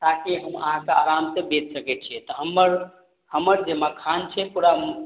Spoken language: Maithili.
ताकि हम अहाँके आरामसँ बेच सकय छियै तऽ हमर हमर जे मखान छै पूरामे